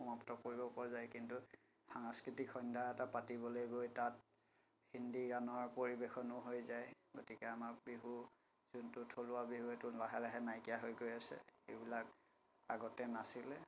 সমাপ্ত কৰিব পৰা যায় কিন্তু সাংস্কৃতিক সন্ধ্যা এটা পাতিবলৈ গৈ তাত হিন্দী গানৰ পৰিৱেশনো হৈ যায় গতিকে আমাৰ বিহু যোনটো থলুৱা বিহু সেইটো লাহে লাহে নাইকিয়া হৈ গৈ আছে এইবিলাক আগতে নাছিলে